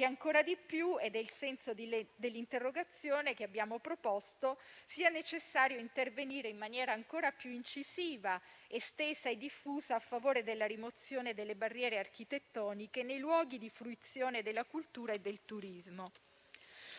- ecco il senso dell'interrogazione che abbiamo proposto - che sia necessario intervenire in maniera ancora più incisiva, estesa e diffusa a favore della rimozione delle barriere architettoniche nei luoghi di fruizione della cultura e del turismo.